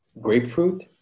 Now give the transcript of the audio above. grapefruit